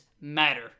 matter